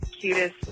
cutest